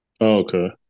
Okay